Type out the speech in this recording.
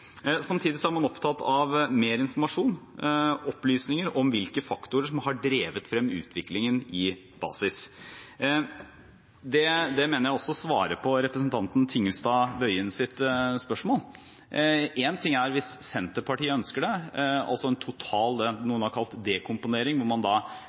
Samtidig er man opptatt av mer informasjon – opplysninger om hvilke faktorer som har drevet frem utviklingen i basis. Det mener jeg også svarer på representanten Tingelstad Wøiens spørsmål. Én ting er hvis Senterpartiet ønsker det, altså en total – noen har kalt det – dekomponering, hvor man da